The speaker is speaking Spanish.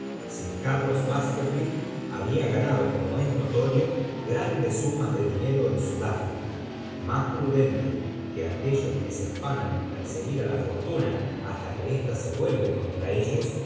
sir carlos baskerville había gaznado como es notorio grandes sumas de dinor ro en sud africa más prudente que aquellos que b afanan en perseguir á la fortuna hasta que ésta ase vuelve contra ellos